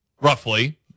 roughly